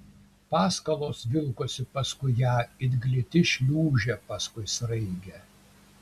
paskalos vilkosi paskui ją it gliti šliūžė paskui sraigę